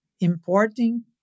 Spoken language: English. importing